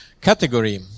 category